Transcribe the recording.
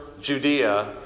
Judea